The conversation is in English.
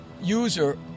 user